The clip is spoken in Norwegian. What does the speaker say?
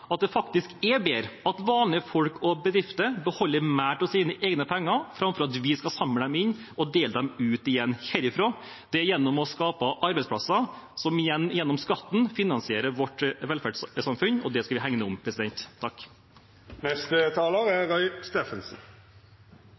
at det faktisk er bedre at vanlige folk og bedrifter beholder mer av sine egne penger framfor at vi skal samle dem inn og dele dem ut igjen herfra. Det er gjennom å skape arbeidsplasser at man gjennom skatten finansierer vårt velferdssamfunn, og det skal vi hegne om.